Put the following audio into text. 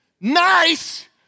Nice